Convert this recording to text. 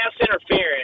interference